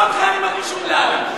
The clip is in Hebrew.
אני רק רואה אותך, אני מרגיש אומלל.